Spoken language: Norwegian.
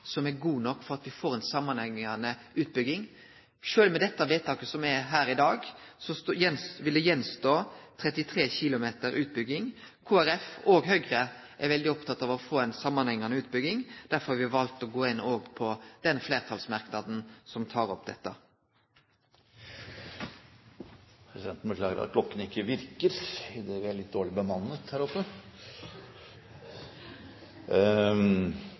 at me får ein samanhengande utbygging. Sjølv med dette vedtaket som me får her i dag, vil det stå igjen 33 km utbygging. Kristeleg Folkeparti og Høgre er veldig opptekne av å få ei samanhengande utbygging. Derfor har me òg valt å gå inn på den fleirtalsmerknaden som tek opp dette. Presidenten beklager at klokken ikke virker, idet vi er litt dårlig bemannet her